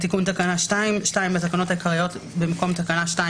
תיקון תקנה 22. בתקנות העיקריות במקום תקנה 2,